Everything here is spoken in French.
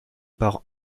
par